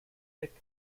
thick